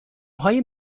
های